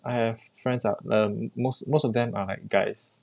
I have friends ah um mos~ most of them are like guys